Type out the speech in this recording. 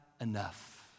enough